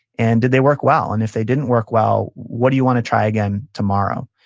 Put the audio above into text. and did they work well? and if they didn't work well, what do you want to try again tomorrow?